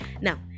Now